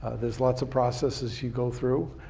there's lots of processes you go through.